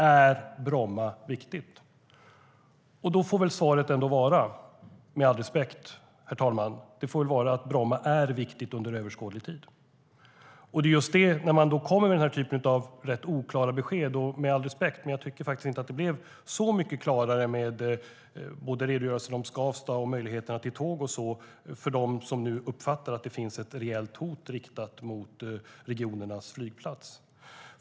Är Bromma viktigt? Svaret måste väl ändå vara - med all respekt, herr talman - att Bromma är viktigt under överskådlig tid. Ändå kommer regeringen med rätt oklara besked. Med all respekt tycker jag inte att de blev så mycket klarare av redogörelsen om Skavsta och möjligheterna att ta tåget för dem som nu uppfattar att det finns ett reellt hot riktat mot regionernas flygplats.